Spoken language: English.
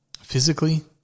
Physically